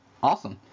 Awesome